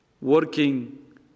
working